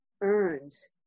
earns